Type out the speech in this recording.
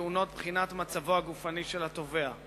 טעונות בחינת מצבו הגופני של התובע.